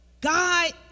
God